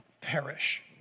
perish